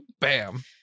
Bam